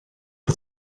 het